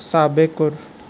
साबिक़ु